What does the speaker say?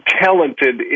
talented